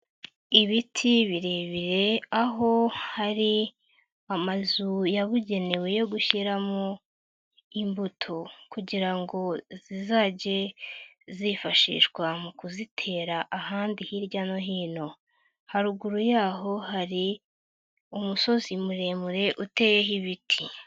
Ibiti birebire aho hari amazu yabugenewe yo gushyiramo imbuto kugira ngo zizajye zifashishwa mu kuzitera ahandi hirya no hino, haruguru yaho hari umusozi muremure uteyeho ibiti.